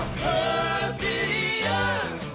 perfidious